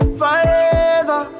forever